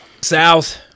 South